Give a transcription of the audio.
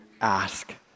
ask